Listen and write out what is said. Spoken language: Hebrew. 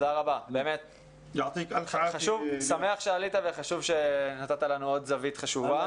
אני שמח שעלית, חשוב שנתת לנו עוד זווית חשובה.